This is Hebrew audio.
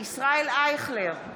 ישראל אייכלר,